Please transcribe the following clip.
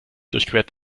durchquert